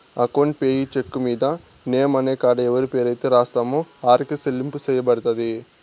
account payee cheque మీద name అనే కాడ ఎవరి పేరైతే రాస్తామో ఆరికే సెల్లింపు సెయ్యబడతది